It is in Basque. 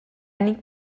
nik